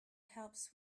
helps